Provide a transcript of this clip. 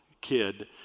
kid